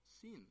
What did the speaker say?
sin